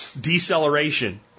deceleration